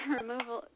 removal